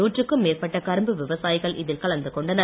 நூற்றுக்கும் மேற்பட்ட கரும்பு விவசாயிகள் இதில் கலந்து கொண்டனர்